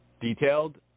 detailed